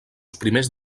primers